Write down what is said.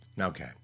Okay